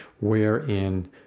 wherein